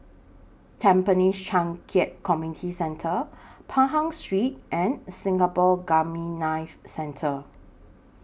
Tampines Changkat Community Centre Pahang Street and Singapore Gamma Knife Centre